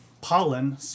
Pollen